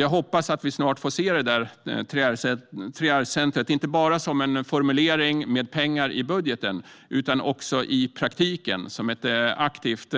Jag hoppas att vi snart får se detta 3R-center inte bara som en formulering med pengar i budgeten utan också som ett aktivt